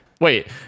Wait